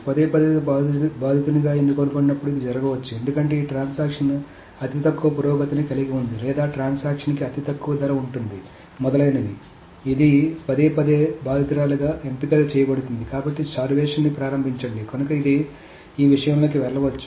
పదేపదే బాధితునిగా ఎన్నుకోబడినప్పుడు ఇది జరగవచ్చు ఎందుకంటే ఈ ట్రాన్సాక్షన్ అతి తక్కువ పురోగతిని కలిగి ఉంది లేదా ట్రాన్సాక్షన్ కి అతి తక్కువ ధర ఉంటుంది మొదలైనవి ఇది పదేపదే బాధితురాలిగా ఎంపిక చేయబడుతుంది కాబట్టి స్టార్వేషన్ ని ప్రారంభించండి కనుక ఇది ఈ విషయం లోకి వెళ్ళవచ్చు